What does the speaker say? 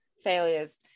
failures